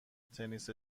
تنیس